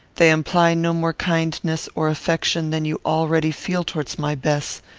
they imply no more kindness or affection than you already feel towards my bess.